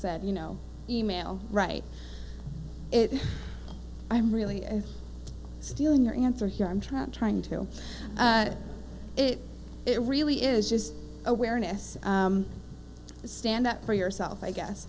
said you know email right i am really stealing your answer here i'm trying i'm trying to do it it really is just awareness stand up for yourself i guess